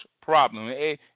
problem